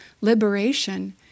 liberation